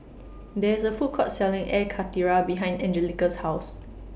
There IS A Food Court Selling Air Karthira behind Angelica's House